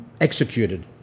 executed